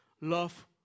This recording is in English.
Love